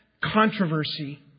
controversy